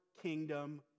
kingdom